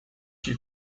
que